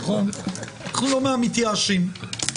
אנחנו לא מתייאשים.